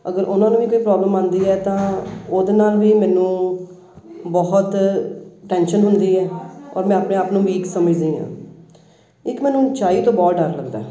ਅਗਰ ਉਹਨਾਂ ਨੂੰ ਵੀ ਕੋਈ ਪ੍ਰੋਬਲਮ ਆਉਂਦੀ ਹੈ ਤਾਂ ਉਹਦੇ ਨਾਲ ਵੀ ਮੈਨੂੰ ਬਹੁਤ ਟੈਨਸ਼ਨ ਹੁੰਦੀ ਹੈ ਔਰ ਮੈਂ ਆਪਣੇ ਆਪ ਨੂੰ ਵੀਕ ਸਮਝਦੀ ਹਾਂ ਇੱਕ ਮੈਨੂੰ ਉੱਚਾਈ ਤੋਂ ਬਹੁਤ ਡਰ ਲੱਗਦਾ